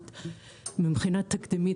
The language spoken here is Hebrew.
מבחינה תקדימית,